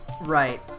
Right